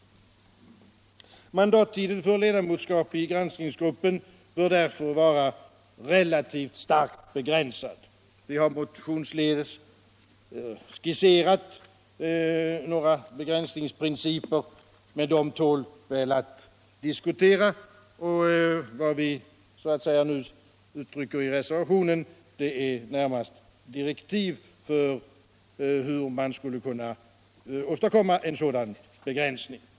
Mandattiden för ledamotskap i granskningsgrupperna bör därför vara relativt starkt begränsad. Vi har motionsledes skisserat några begränsningsprinciper, men de tål väl att diskutera. Vad vi nu uttrycker i reservationen är närmast direktiv för hur man skall åstadkomma en sådan begränsning.